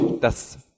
dass